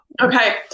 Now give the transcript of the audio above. Okay